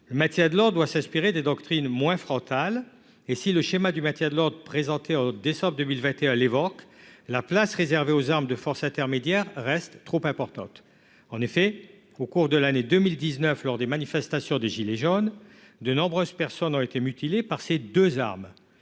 Le maintien de l'ordre doit s'inspirer de doctrines moins frontales. Si le schéma du maintien de l'ordre présenté en décembre 2021 l'évoque, la place réservée aux armes de force intermédiaire reste trop importante. En effet, au cours de l'année 2019, lors des manifestations des « gilets jaunes », de nombreuses personnes ont été mutilées par ces deux armes.